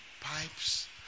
pipes